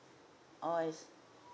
oh I_C